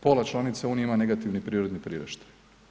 Pola članice unije ima negativni prirodni priraštaj.